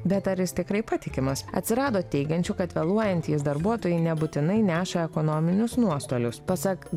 bet ar jis tikrai patikimas atsirado teigiančių kad vėluojantys darbuotojai nebūtinai neša ekonominius nuostolius pasak